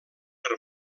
per